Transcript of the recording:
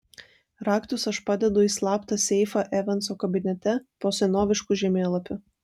raktus aš padedu į slaptą seifą evanso kabinete po senovišku žemėlapiu